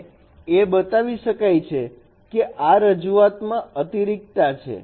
અને એ બતાવી શકાય છે કે આ રજૂઆત માં અતિરિક્તા છે